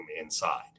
inside